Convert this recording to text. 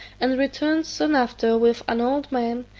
and return soon after with an old man,